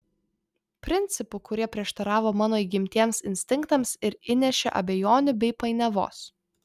principų kurie prieštaravo mano įgimtiems instinktams ir įnešė abejonių bei painiavos